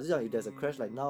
mm mm mm mm mm